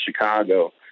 Chicago